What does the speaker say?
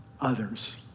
others